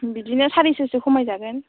बिदिनो सारिस'सो खमाय जागोन